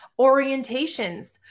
orientations